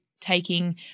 taking